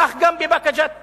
כך גם בבאקה ג'ת גופא,